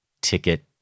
ticket